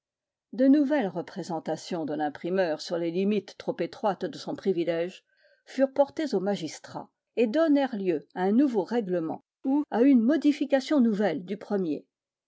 de nouvelles représentations de l'imprimeur sur les limites trop étroites de son privilège furent portées au magistrat et donnèrent lieu à un nouveau règlement ou à une modification nouvelle du premier